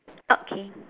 okay